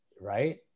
Right